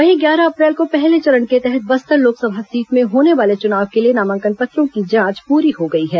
वहीं ग्यारह अप्रैल को पहले चरण के तहत बस्तर लोकसभा सीट में होने वाले चुनाव के लिए नामांकन पत्रों की जांच पूरी हो गई है